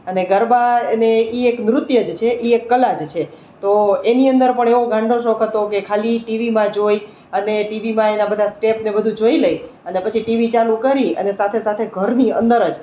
અને ગરબા અને એક નૃત્ય જ છે એ એક કલા જ છે તો એની અંદર પણ એવો ગાંડો શોખ હતો કે ખાલી ટીવીમાં જોઈ અને ટીવીમાં એના બધા સ્ટેપને બધું જોઈ લઈ અને પછી ટીવી ચાલુ કરી અને સાથે સાથે ઘરની અંદર જ